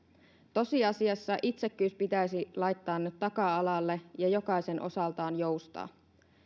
tosiasiassa itsekkyys pitäisi laittaa nyt taka alalle ja jokaisen osaltaan joustaa